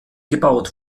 gebaut